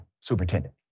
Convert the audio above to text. Superintendent